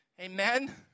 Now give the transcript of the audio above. Amen